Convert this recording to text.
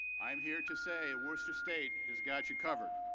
i'm here to say and worcester state has got you covered.